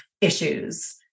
issues